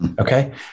Okay